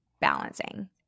balancing